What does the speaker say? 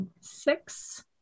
Six